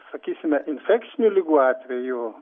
sakysime infekcinių ligų atveju